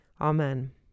Amen